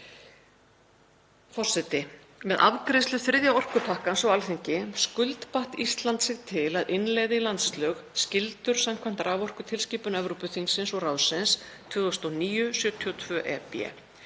Forseti. Með afgreiðslu þriðja orkupakkans á Alþingi skuldbatt Ísland sig til að innleiða í landslög skyldur samkvæmt raforkutilskipun Evrópuþingsins og ráðsins 2009/72/EB